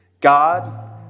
God